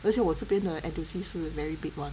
而且我这边的 N_T_U_C 是 very big one